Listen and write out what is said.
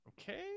Okay